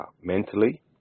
mentally